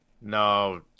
No